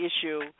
issue